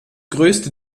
größte